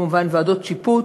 כמובן ועדות שיפוט.